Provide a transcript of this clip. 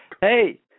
hey